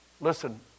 Listen